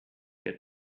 get